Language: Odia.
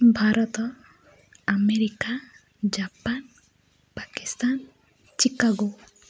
Bharat America Japan Pakistan Chicago